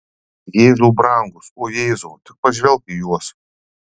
jėzau brangus o jėzau tik pažvelk į juos